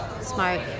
smart